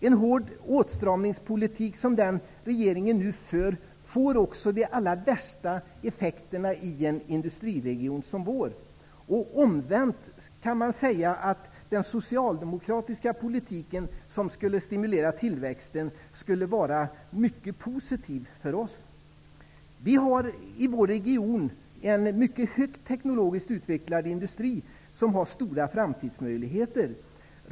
En hård åtstramningspolitik som den regeringen nu för får också de allra värsta effekterna i en industriregion som vår. Omvänt kan man säga att den socialdemokratiska politiken som skulle stimulera tillväxten skulle vara mycket positiv för oss. Vi har i vår region en teknologiskt mycket högt utvecklad industri, som har stora framtidsmöjligheter.